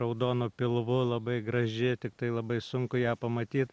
raudonu pilvu labai graži tiktai labai sunku ją pamatyt